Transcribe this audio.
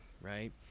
Right